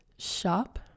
shop